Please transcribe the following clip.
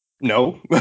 No